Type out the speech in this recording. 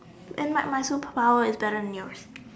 and and my so power is never knew